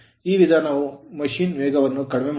ಈ ವಿಧಾನವು machine ಯಂತ್ರ ದ ವೇಗವನ್ನು ಕಡಿಮೆ ಮಾಡುತ್ತದೆ